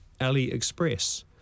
AliExpress